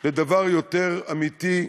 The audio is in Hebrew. לדבר יותר אמיתי,